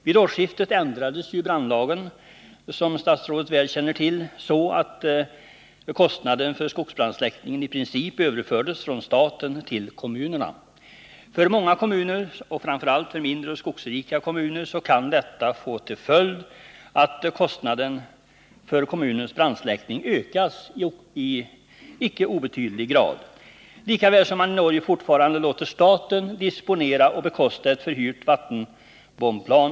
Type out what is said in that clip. Vid årsskiftet ändrades ju brandlagen, som statsrådet väl känner till, så att kostnaden för skogsbrandsläckning i princip överfördes från staten till kommunerna. För många kommuner — framför allt för mindre och skogrika kommuner — kan detta få till följd att kostnaden för kommunens brandsläckning ökar i icke obetydlig grad. I Norge låter man staten disponera och bekosta ett förhyrt vattenbombplan.